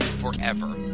forever